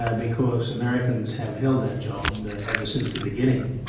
ah because americans have held that job ever since the beginning.